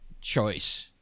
choice